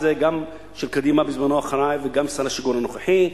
גם של קדימה וגם שר השיכון הנוכחי,